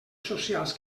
socials